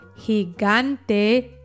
Gigante